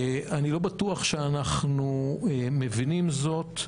אני לא בטוח שאנחנו מבינים זאת,